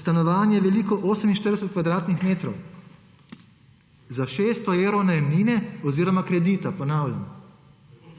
Stanovanje, veliko 48 m2, za 600 evrov najemnine oziroma kredita, ponavljam